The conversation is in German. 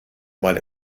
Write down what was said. mal